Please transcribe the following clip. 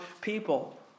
people